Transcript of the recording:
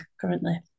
currently